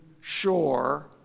shore